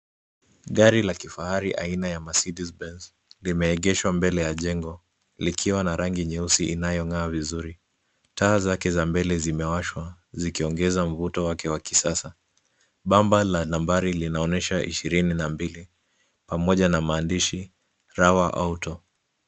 Gari la kifahari aina ya Mercedes Benz, limeegeshwa mbele ya jengo, likiwa na rangi nyeusi inayong'aa vizuri. Taa zake za mbele zimewashwa, zikiongeza mvuto wake wa kisasa. Bamba la nambari linaonyesha ishirini na mbili, pamoja na maandishi Rawa Auto.